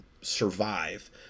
survive